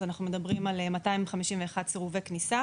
אנחנו מדברים על 251 סירובי כניסה